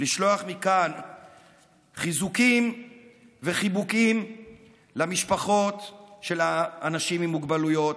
לשלוח מכאן חיזוקים וחיבוקים למשפחות של אנשים עם מוגבלויות,